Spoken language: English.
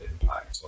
impact